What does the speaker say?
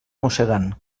mossegant